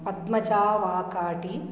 Padmaja Vakati